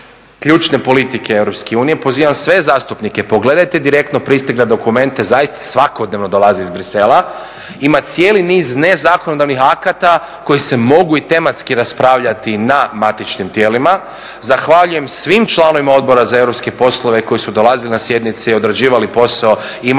ključne politike EU. Pozivam sve zastupnike, pogledajte direktno pristigle dokumente, zaista svakodnevno dolaze iz Bruxellesa, ima cijeli niz nezakonodavnih akata koji se mogu i tematski raspravljati na matičnim tijelima. Zahvaljujem svih članovima Odbora za europske poslove koji su dolazili na sjednice, odrađivali posao i